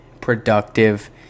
productive